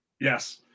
Yes